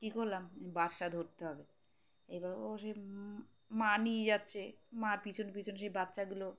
কী করলাম বাচ্চা ধরতে হবে এবারও সে মা নিয়ে যাচ্ছে মা পিছনে পিছনে সেই বাচ্চাগুলো